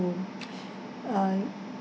uh